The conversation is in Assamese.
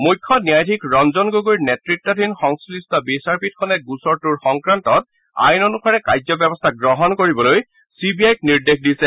মুখ্য ন্যায়াধীশ ৰঞ্জন গগৈৰ নেতৃতাধীন সংশ্লিষ্ট বিচাৰপীঠখনে গোচৰটোৰ সংক্ৰান্তত আইন অনুসাৰে কাৰ্যব্যৱস্থা গ্ৰহণ কৰিবলৈ চি বি আইক নিৰ্দেশ দিছে